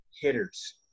hitters